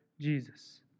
Jesus